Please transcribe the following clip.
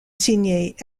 signées